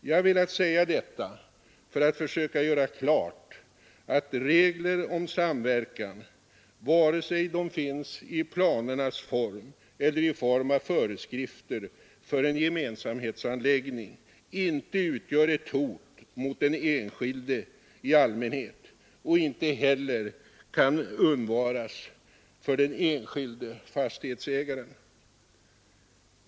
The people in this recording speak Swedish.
Jag har velat säga detta för att försöka göra klart att regler om samverkan — vare sig de finns i planernas form eller i form av föreskrifter för en gemensamhetsanläggning — inte utgör ett hot mot den enskilde i allmänhet och inte heller kan undvaras för den enskilde fastighetsägaren.